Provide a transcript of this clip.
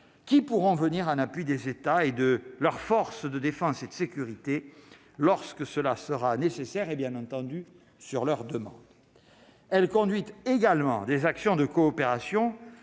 qui pourront venir en appui des États et de leurs forces de défense et de sécurité lorsque cela sera nécessaire, et bien entendu, sur leur demande, elle, conduite également des actions de coopération